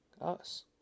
Us